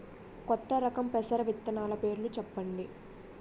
కొత్త రకం పెసర విత్తనాలు పేర్లు చెప్పండి?